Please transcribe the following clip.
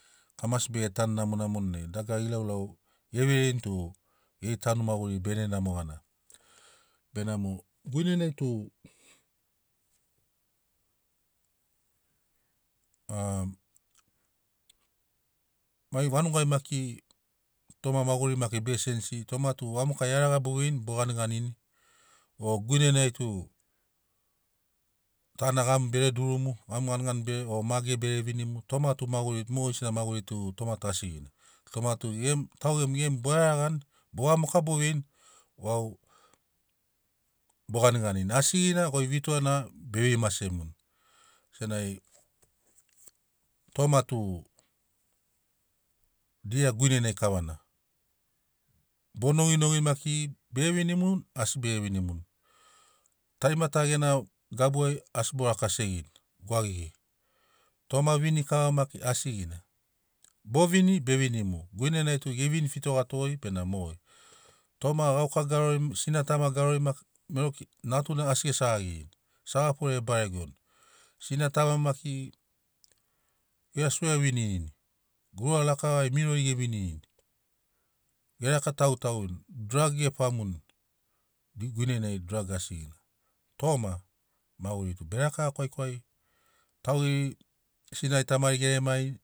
Kamasi bege tanu namonamoni nai dagara ilauilau ge veirini tu geri tanu maguriri be gene namo gana. Benamo guinenai tu am mai vanugai maki toma maguri maki be senisi toma tu vamoka iaraga bo veini bo ganiganini o guinenai tu tana gamu bere durumu gamu ganigani bere o mage bere vinimu toma toma tu maguri mogesina maguriri toma tu asigina. Toma gemu taugemu bo iaragani vamoka bo veini vau bo ganiganini asigina goi vito na be vei masemuni. Senagi toma tu dia guinenai kavana bo noginogini maki bege vinimuni o asi bege vinimuni tarima ta gena gabu ai asi bo laka segini gwagigi toma vini kava maki asigina bo vini be vinimuni guinenai tug e vini fitogato goi benamo moga. Toma guaka garori sina tama garori maki mero kei natu na asi ge segagini segafore e baregoni sina tama maki ge swea vinirini guruga lakavari mirori ge vinirini ge raka tagutaguni drag ge famuni guinenai drag asigina toma maguri tu be rakava kwaikwai taugeri sinari tamari ge lemarini.